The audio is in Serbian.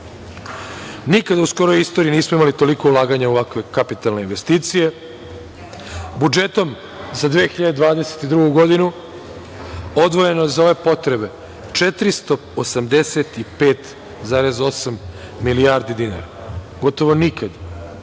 u skorijoj istoriji nismo imali toliko ulaganja u ovakve kapitalne investicije. Budžetom za 2022. godinu odvojeno je za ove potrebe 485,8 milijardi dinara. Gotovo nikad,